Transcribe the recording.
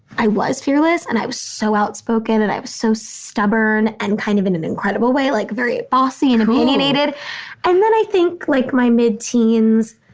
i was fearless. and i was so outspoken and i was so stubborn and kind of in an incredible way, like very bossy and opinionated cool and then i think, like my mid teens,